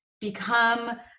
become